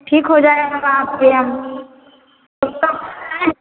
ठीक हो जाएगा आपके यहाँ तो कब तक आएं